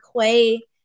Quay